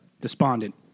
despondent